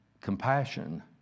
compassion